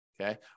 Okay